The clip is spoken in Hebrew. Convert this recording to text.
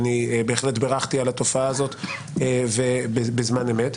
אני בהחלט בירכתי על התופעה הזאת בזמן אמת.